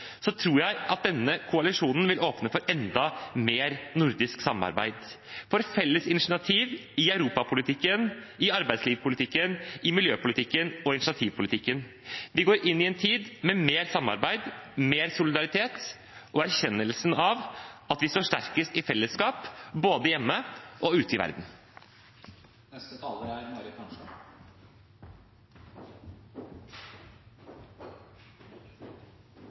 tror jeg denne koalisjonen vil åpne for enda mer nordisk samarbeid – for felles initiativ i europapolitikken, i arbeidslivspolitikken, i miljøpolitikken og i initiativpolitikken. Vi går inn i en tid med mer samarbeid, mer solidaritet og erkjennelsen av at vi står sterkest i fellesskap, både hjemme og ute i verden.